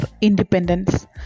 independence